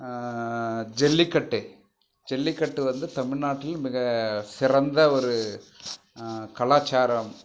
ஜல்லிக்கட்டு ஜல்லிக்கட்டு வந்து தமிழ் நாட்டில் மிக சிறந்த ஒரு கலாச்சாரம்